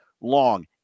long